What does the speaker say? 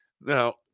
Now